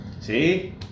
see